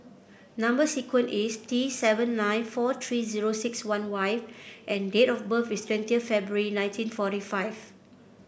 number sequence is T seven nine four three zero six one Y and date of birth is twenty February nineteen forty five